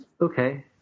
okay